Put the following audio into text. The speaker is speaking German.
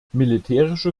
militärische